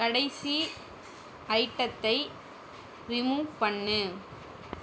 கடைசி ஐட்டத்தை ரிமூவ் பண்ணு